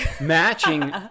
matching